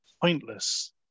pointless